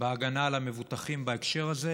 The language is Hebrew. בהגנה על המבוטחים בהקשר הזה.